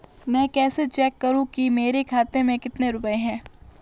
मैं कैसे चेक करूं कि मेरे खाते में कितने रुपए हैं?